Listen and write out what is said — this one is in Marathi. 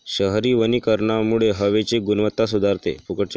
शहरी वनीकरणामुळे हवेची गुणवत्ता सुधारते